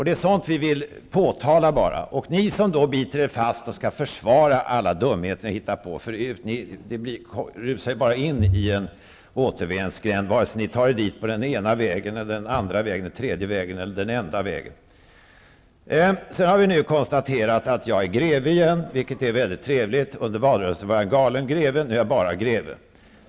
Det är sådant vi vill påtala. Ni som biter er fast och skall försvara alla dumheter ni hittat på förut, rusar ju bara in i en återvändsgränd, vare sig ni tar er dit på den ena vägen, den andra vägen, den tredje vägen eller den enda vägen. Sedan har vi återigen konstaterat att jag är greve, vilket är mycket trevligt. Under valrörelsen var jag en galen greve. Nu är jag bara greve.